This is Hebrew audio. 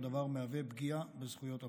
והדבר מהווה פגיעה בזכויות הפרט.